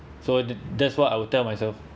so that's what I will tell myself